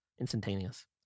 instantaneous